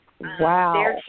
Wow